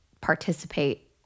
participate